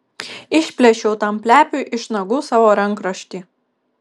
išplėšiau tam plepiui iš nagų savo rankraštį